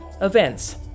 events